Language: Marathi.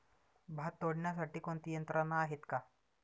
भात तोडण्यासाठी कोणती यंत्रणा आहेत का?